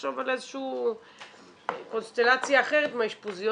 לחשוב על איזושהי קונסטלציה אחרת מהאשפוזיות